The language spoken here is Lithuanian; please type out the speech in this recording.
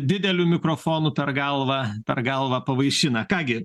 dideliu mikrofonu per galvą per galvą pavaišina ką gi